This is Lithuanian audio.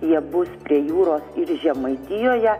jie bus prie jūros ir žemaitijoje